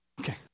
Okay